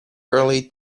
early